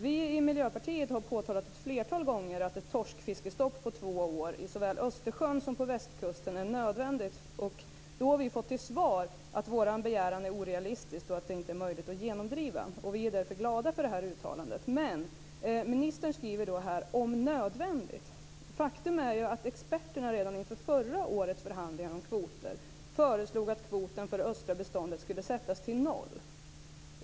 Vi i Miljöpartiet har ett flertal gånger påtalat att ett torskfiskestopp på två år såväl i Östersjön som på Västkusten är nödvändigt. Vi har då fått till svar att vår begäran är orealistisk och inte möjlig att genomdriva. Vi är därför glada över det här uttalandet. Ministern skriver "om nödvändigt". Faktum är att experterna redan inför förra årets förhandlingar om kvoter föreslog att kvoten för det östra beståndet skulle sättas till noll.